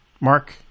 mark